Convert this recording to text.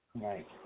Right